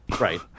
Right